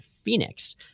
Phoenix